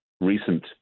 recent